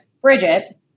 bridget